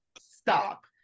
stop